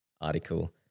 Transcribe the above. article